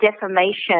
defamation